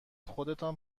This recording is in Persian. خودتان